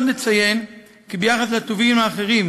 עוד נציין כי ביחס לטובין האחרים,